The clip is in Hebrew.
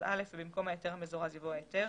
א'" ובמקום "ההיתר המזורז" יבוא "ההיתר".